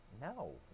No